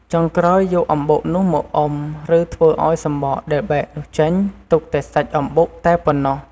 ចុងក្រោយយកអំបុកនោះមកអុំ ឬធ្វើឱ្យសំបកដែលបែកនោះចេញ ទុកតែសាច់អំបុកតែប៉ុណ្ណោះ។